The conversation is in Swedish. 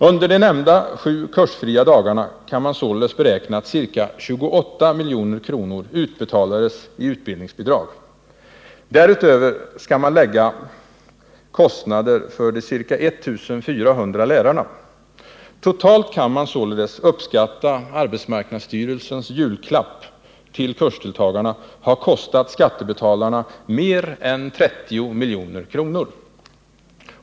Under de nämnda sju kursfria dagarna kan man således beräkna att ca 28 milj.kr. utbetalades i utbildningsbidrag. Därtill skall man lägga kostnaderna för de ca 1 400 lärarna. Man kan således räkna med att arbetsmarknadsstyrelsens julklapp till kursdeltagarna har kostat skattebetalarna mer än 30 milj.kr.